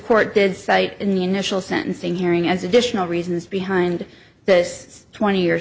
court did cite in the initial sentencing hearing as additional reasons behind this twenty